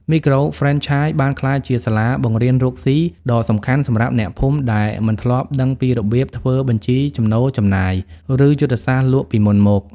មីក្រូហ្វ្រេនឆាយបានក្លាយជា "សាលាបង្រៀនរកស៊ី" ដ៏សំខាន់សម្រាប់អ្នកភូមិ ដែលមិនធ្លាប់ដឹងពីរបៀបធ្វើបញ្ជីចំណូលចំណាយ ឬយុទ្ធសាស្ត្រលក់ពីមុនមក។